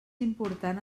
important